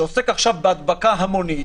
שעוסק עכשיו בהדבקה המונית,